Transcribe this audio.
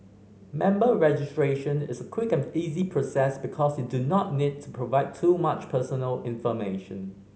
member registration is a quick and easy process because you do not need to provide too much personal information